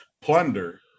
plunder